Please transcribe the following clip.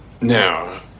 Now